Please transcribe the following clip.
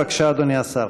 בבקשה, אדוני השר.